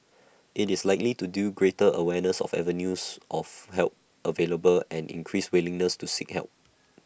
IT is likely to due greater awareness of avenues of help available and increased willingness to seek help